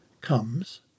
comes